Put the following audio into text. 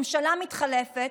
ממשלה מתחלפת,